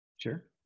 Sure